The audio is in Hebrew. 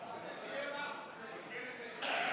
ראש הממשלה בפועל, אתה ממהר.